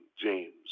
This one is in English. James